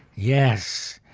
yes,